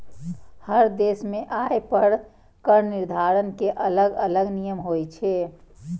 हर देश मे आय पर कर निर्धारण के अलग अलग नियम होइ छै